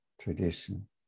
tradition